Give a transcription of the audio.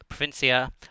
Provincia